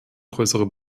größere